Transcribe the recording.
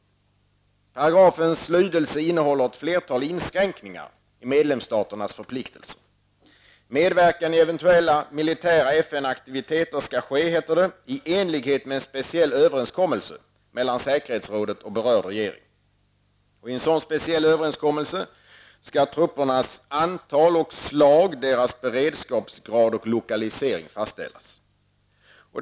Paragrafens lydelse innehåller ett flertal inskränkningar i medlemsstaternas förpliktelser. Medverkan i eventuella militära FN-aktiviteter skall ske i enlighet med speciell överenskommelse mellan säkerhetsrådet och berörd regering. I en sådan speciell överenskommelse skall truppernas antal och slag, deras beredskapsgrad och lokalisering fastställas.